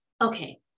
Okay